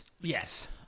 Yes